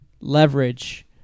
leverage